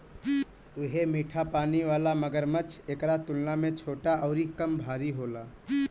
उहे मीठा पानी वाला मगरमच्छ एकरा तुलना में छोट अउरी कम भारी होला